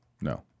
No